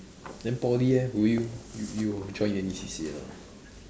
then poly eh will you you you'll join any C_C_A or not